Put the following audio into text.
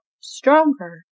Stronger